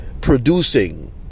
producing